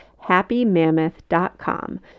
happymammoth.com